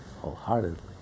wholeheartedly